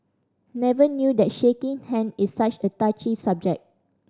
never knew that shaking hand is such a touchy subject